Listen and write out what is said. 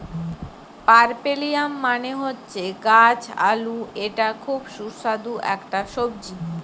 পার্পেলিয়াম মানে হচ্ছে গাছ আলু এটা খুব সুস্বাদু একটা সবজি